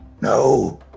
No